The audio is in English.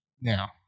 now